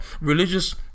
religious